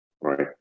Right